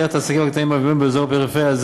את העסקים הקטנים והגדולים באזור הפריפריה,